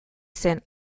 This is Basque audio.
zen